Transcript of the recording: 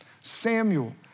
Samuel